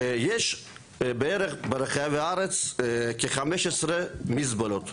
יש בערך ברחבי הארץ כ-15 מזבלות,